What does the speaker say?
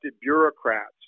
bureaucrats